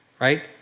right